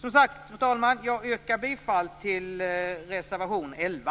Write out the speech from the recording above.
Fru talman! Jag yrkar bifall till reservation 11.